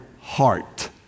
heart